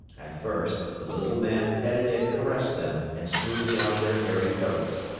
at first, the little man petted and caressed them and smoothed down their hairy coats.